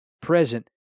present